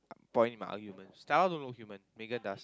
point in my argument Stella don't look human Megan does